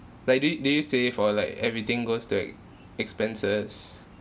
like do you do you save or like everything goes to ex~ expenses